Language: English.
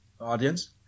audience